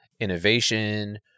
innovation